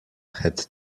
had